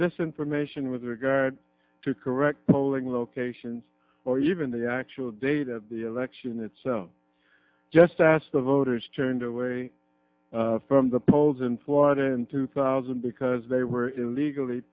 this information with regard to correct polling locations or even the actual date of the election itself just ask the voters turned away from the polls in florida in two thousand because they were illegally